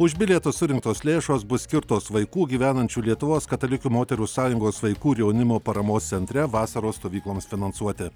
už bilietus surinktos lėšos bus skirtos vaikų gyvenančių lietuvos katalikių moterų sąjungos vaikų ir jaunimo paramos centre vasaros stovykloms finansuoti